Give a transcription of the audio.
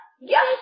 yes